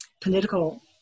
political